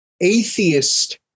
atheist